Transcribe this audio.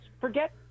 forget